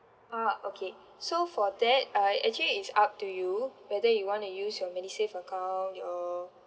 ah okay so for that uh actually it's up to you whether you want to use your medisave account your